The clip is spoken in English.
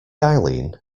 eileen